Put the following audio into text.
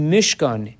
Mishkan